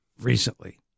recently